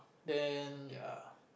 then ya